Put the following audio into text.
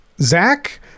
Zach